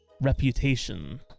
reputation